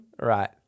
Right